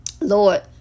Lord